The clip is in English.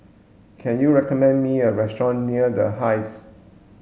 can you recommend me a restaurant near The Hive